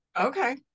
Okay